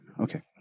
Okay